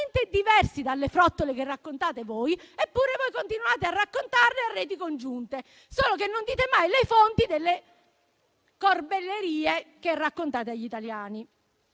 diversi dalle frottole che raccontate voi. Eppure, voi continuate a raccontarle a reti congiunte. Solo che non dite mai le fonti delle corbellerie che raccontate agli italiani.